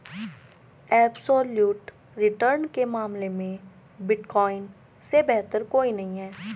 absolute return के मामले में बिटकॉइन से बेहतर कोई नहीं है